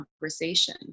conversation